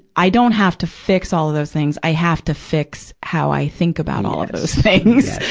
i don't have to fix all of those things. i have to fix how i think about all of those things,